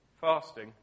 Fasting